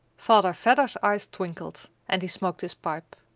father vedder's eyes twinkled, and he smoked his pipe.